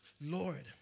Lord